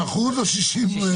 60% או 60?